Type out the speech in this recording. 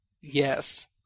Yes